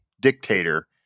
dictator